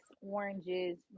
oranges